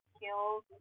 kills